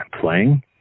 playing